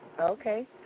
Okay